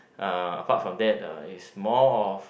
uh apart from that uh it's more of